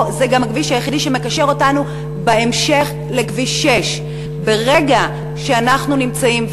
זה גם הכביש היחידי שמקשר אותנו בהמשך לכביש 6. ברגע שאנחנו נמצאים,